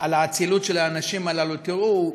על האצילות של האנשים הללו, תראו,